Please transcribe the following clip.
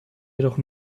jedoch